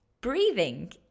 breathing